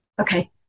Okay